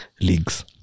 leagues